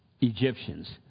Egyptians